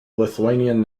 lithuanian